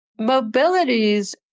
Mobilities